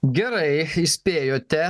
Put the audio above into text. gerai įspėjote